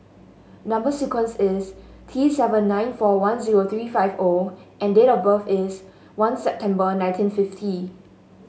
number sequence is T seven nine four one three five O and date of birth is one September nineteen fifty